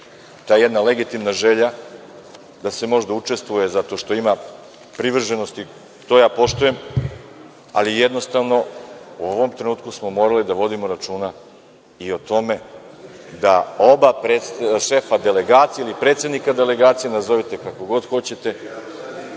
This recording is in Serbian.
ta jedna legitimna želja da se možda učestvuje zato što ima privrženosti, to ja poštujem, ali jednostavno u ovom trenutku smo morali da vodimo računa i o tome da oba šefa delegacija ili predsednika delegacija, nazovite kako god hoćete,